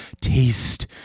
taste